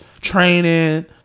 training